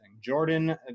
Jordan